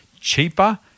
cheaper